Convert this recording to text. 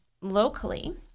locally